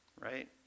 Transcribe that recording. Right